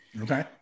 Okay